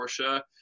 Porsche